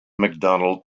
macdonald